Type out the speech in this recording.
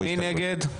מי נגד?